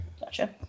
Gotcha